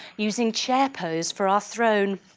using chair pose for our throne.